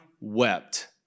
wept